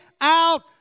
out